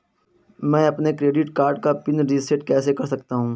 मैं अपने credit card का पिन रिसेट कैसे कर सकता हूँ?